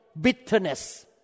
bitterness